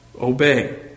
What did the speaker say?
Obey